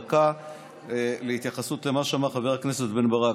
דקה להתייחסות למה שאמר חבר הכנסת בן ברק.